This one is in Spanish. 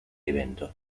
evento